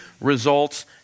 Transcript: Results